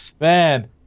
man